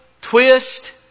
twist